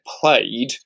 played